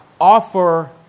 offer